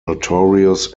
notorious